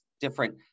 different